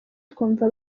twumva